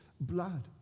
blood